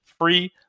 free